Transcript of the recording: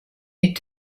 mit